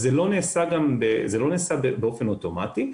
זה לא נעשה באופן אוטומטי,